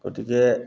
গতিকে